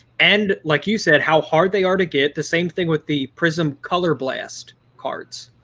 and like you said, how hard they are to get, the same thing with the prizm color blast cards.